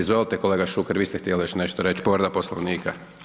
Izvolite kolega Šuker, vi ste htjeli još nešto reći povreda Poslovnika.